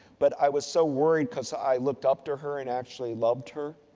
but, i was so worried because i looked up to her and actually loved her.